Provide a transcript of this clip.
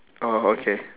oh okay